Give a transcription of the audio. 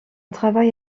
travail